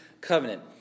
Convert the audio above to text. covenant